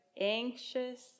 anxious